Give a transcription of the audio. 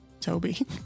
Toby